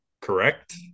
Correct